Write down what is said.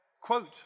quote